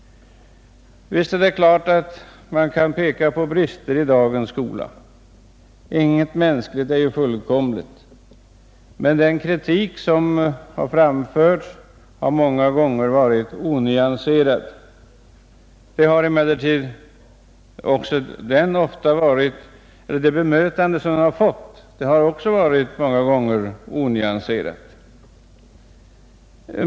Visst kan man peka på brister i dagens skola — inget mänskligt är ju fullkomligt. Men den kritik som framförts har många gånger varit onyanserad. Det har emellertid också det bemötande varit som kritiken ofta har fått.